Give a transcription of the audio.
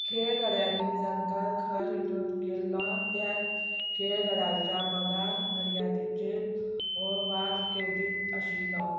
खेळगड्यांनी जांकां खर विरोध केल्लो त्या खेळगडाच्या पगार मर्यादेचेर हो वाद केंद्रीत आशिल्लो